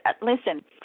listen